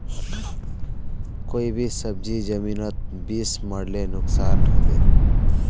कोई भी सब्जी जमिनोत बीस मरले नुकसान होबे?